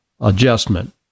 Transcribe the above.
adjustment